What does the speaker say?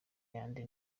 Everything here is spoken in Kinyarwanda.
yanjye